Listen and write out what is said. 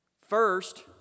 First